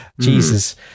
Jesus